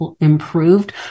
improved